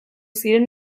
ziren